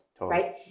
right